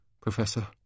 Professor